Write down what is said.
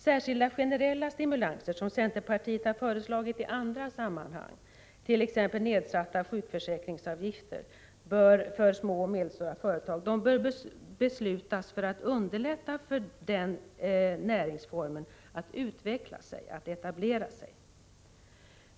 Särskilda generella stimulanser som centerpartiet har föreslagit i andra sammanhang, t.ex. nedsatta sjukförsäkringsavgifter för små och medelstora företag, bör beslutas för att underlätta för den näringsformen att utveckla sig, att etablera sig.